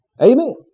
Amen